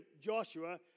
Joshua